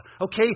okay